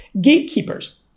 gatekeepers